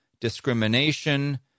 discrimination